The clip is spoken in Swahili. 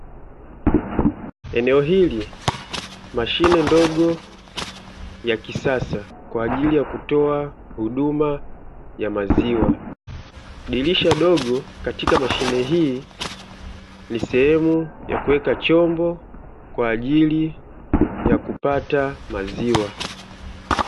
Eneo hili, mashine ndogo ya kisasa kwa ajili ya kutoa huduma ya maziwa, dirisha dogo katika mashine hii ni sehemu ya kuweka chombo kwa ajili ya kupata maziwa.